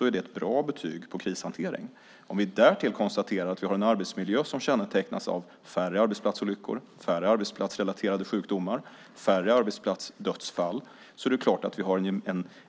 Det är ett bra betyg på krishantering. Därtill kan vi konstatera att vi har en arbetsmiljö som kännetecknas av färre arbetsplatsolyckor, färre arbetsplatsrelaterade sjukdomar, färre arbetsplatsdödsfall. Vi får alltså